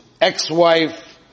ex-wife